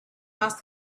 must